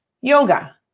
yoga